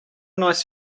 nice